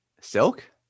silk